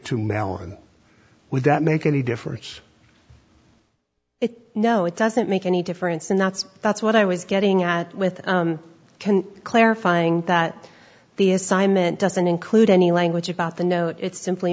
to mellon would that make any difference no it doesn't make any difference and that's that's what i was getting at with can clarifying that the assignment doesn't include any language about the note it's simply